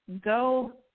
go